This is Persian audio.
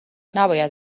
نباید